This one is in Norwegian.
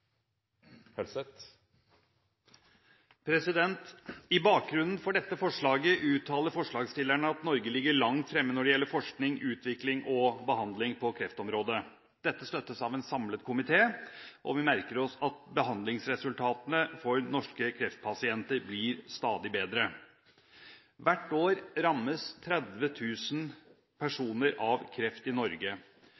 I bakgrunnen for dette forslaget uttaler forslagsstillerne at Norge ligger langt fremme når det gjelder forskning, utvikling og behandling på kreftområdet. Dette støttes av en samlet komité, og vi merker oss at behandlingsresultatene for norske kreftpasienter blir stadig bedre. Hvert år rammes